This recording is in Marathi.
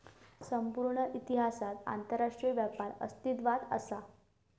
संपूर्ण इतिहासात आंतरराष्ट्रीय व्यापार अस्तित्वात असा